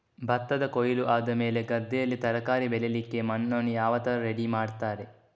ಭತ್ತದ ಕೊಯ್ಲು ಆದಮೇಲೆ ಗದ್ದೆಯಲ್ಲಿ ತರಕಾರಿ ಬೆಳಿಲಿಕ್ಕೆ ಮಣ್ಣನ್ನು ಯಾವ ತರ ರೆಡಿ ಮಾಡ್ತಾರೆ?